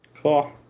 Cool